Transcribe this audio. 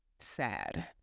Sad